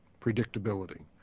predictability